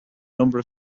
number